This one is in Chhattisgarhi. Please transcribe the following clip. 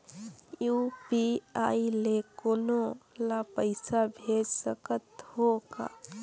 यू.पी.आई ले कोनो ला पइसा भेज सकत हों का?